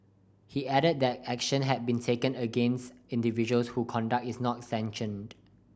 he added that action had been taken against individuals who conduct is not sanctioned